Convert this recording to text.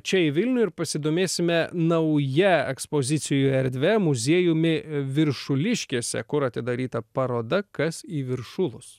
čia į vilniuje ir pasidomėsime nauja ekspozicijų erdve muziejumi viršuliškėse kur atidaryta paroda kas į viršulus